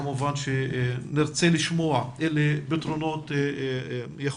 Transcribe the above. כמובן שנרצה לשמוע אילו פתרונות יכול